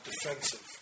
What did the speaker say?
defensive